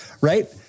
Right